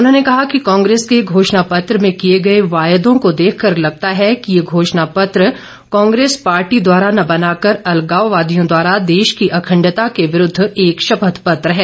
उन्होंने कहा कि कांग्रेस के घोषणापत्र में किए गए वायदों को देखकर लगता है कि ये घोषणापत्र कांग्रेस पार्टी द्वारा न बनाकर अलगावादियों द्वारा देश की अखंडता के विरूद्व एक शपथ पत्र है